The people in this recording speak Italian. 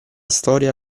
storia